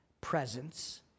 presence